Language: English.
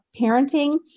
Parenting